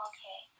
Okay